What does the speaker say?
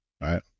Right